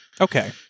Okay